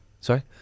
sorry